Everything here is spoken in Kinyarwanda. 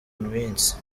minsi